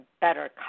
better